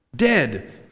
dead